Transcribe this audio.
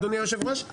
אדוני היושב-ראש.